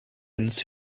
ins